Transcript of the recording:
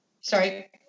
sorry